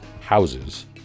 houses